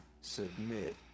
Submit